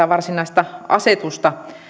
varsinaista asetusta